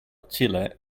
chile